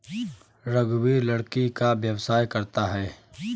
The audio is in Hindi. रघुवीर लकड़ी का व्यवसाय करता है